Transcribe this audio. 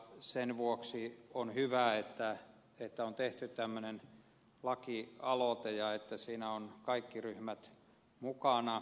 sen vuoksi on hyvä että on tehty tämmöinen lakialoite ja että siinä ovat kaikki ryhmät mukana